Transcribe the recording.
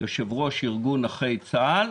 יושב-ראש ארגון נכי צה"ל.